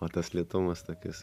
o tas lėtumas tokis